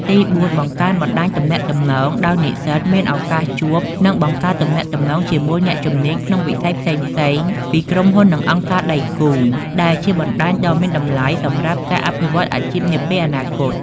ទីបួន បង្កើនបណ្តាញទំនាក់ទំនង ដោយនិស្សិតមានឱកាសជួប និងបង្កើតទំនាក់ទំនងជាមួយអ្នកជំនាញក្នុងវិស័យផ្សេងៗពីក្រុមហ៊ុន និងអង្គការដៃគូ ដែលជាបណ្តាញដ៏មានតម្លៃសម្រាប់ការអភិវឌ្ឍអាជីពនាពេលអនាគត។